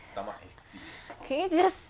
can you just